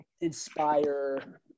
inspire